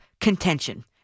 contention